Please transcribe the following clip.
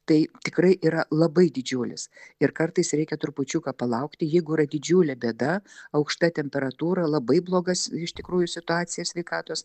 tai tikrai yra labai didžiulis ir kartais reikia trupučiuką palaukti jeigu yra didžiulė bėda aukšta temperatūra labai blogas iš tikrųjų situacija sveikatos